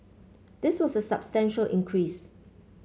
this was a substantial increase